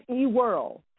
e-world